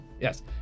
Yes